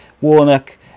Warnock